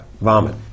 vomit